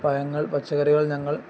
പഴങ്ങൾ പച്ചക്കറികൾ ഞങ്ങൾ